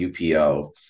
UPO